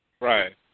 Right